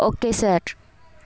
okay sir